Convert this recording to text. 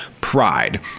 pride